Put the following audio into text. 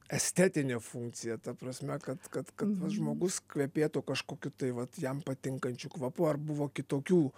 estetinė funkcija ta prasme kad kad kad vat žmogus kvepėtų kažkokiu tai vat jam patinkančiu kvapu ar buvo kitokių